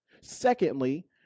Secondly